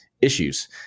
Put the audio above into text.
issues